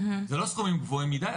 זה לא סכומים גבוהים מידיי,